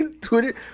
Twitter